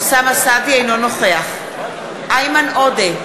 אינו נוכח איימן עודה,